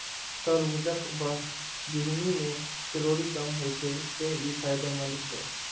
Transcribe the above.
तरबूजक बीहनि मे कैलोरी कम होइ छै, तें ई फायदेमंद छै